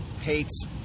hates